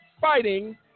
fighting